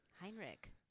Heinrich